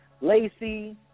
Lacey